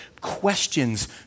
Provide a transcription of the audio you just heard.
questions